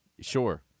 Sure